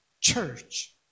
church